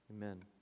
Amen